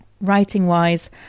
Writing-wise